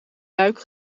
luik